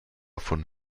von